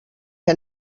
que